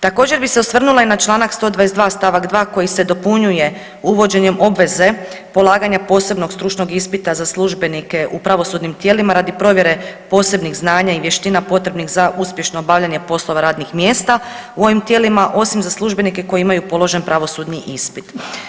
Također bih se osvrnula i na članak 122. stavak 2. koji se dopunjuje uvođenjem obveze polaganja posebnog stručnog ispita za službenika u pravosudnim tijelima radi provjere posebnih znanja i vještina potrebnih za uspješno obavljanje poslova radnih mjesta u ovim tijelima, osim za službenika koji imaju položen pravosudni ispit.